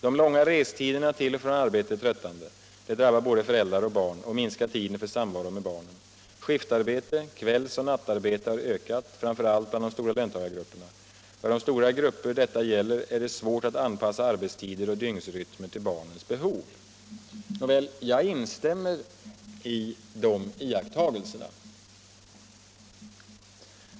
De långa restiderna till och från arbetet är tröttande. Det drabbar både föräldrar och barn och minskar tiden för samvaro med barnen. Skiftarbete, kvällsoch nattarbete har ökat, framför allt bland de stora löntagargrupperna. För de stora grupper detta gäller är det svårt att anpassa arbetstider och dygnsrytmer till barnens behov.” Jag instämmer i dessa iakttagelser.